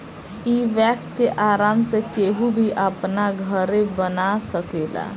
इ वैक्स के आराम से केहू भी अपना घरे बना सकेला